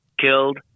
killed